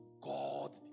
God